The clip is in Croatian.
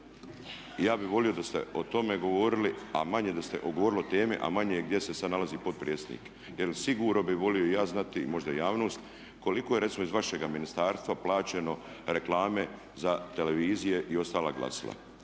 Ja bih volio da ste o tome govorili, o temi, a manje gdje se sad nalazi potpredsjednik. Jer sigurno bi volio i ja znati, a možda i javnost, koliko je recimo iz vašega ministarstva plaćeno reklame za televizije i ostala glasila